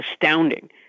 astounding